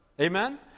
Amen